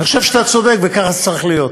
אני חושב שאתה צודק וככה זה צריך להיות.